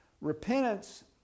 Repentance